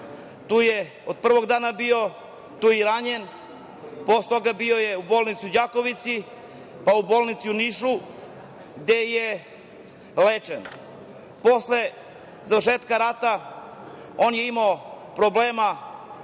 Tu je od prvog dana bio, tu je i ranjen, posle toga bio je u bolnici u Đakovici, pa u bolnici u Nišu gde je lečen. Posle završetka rata on je imao problema tzv.